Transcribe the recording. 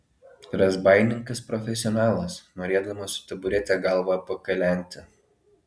razbaininkas profesionalas norėdamas su taburete galvą pakalenti